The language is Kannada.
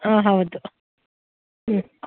ಹಾಂ ಹೌದು ಹ್ಞೂ